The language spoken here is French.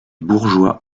bourgeois